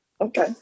okay